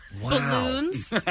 Balloons